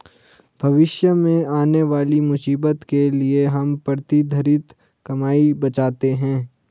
भविष्य में आने वाली मुसीबत के लिए हम प्रतिधरित कमाई बचाते हैं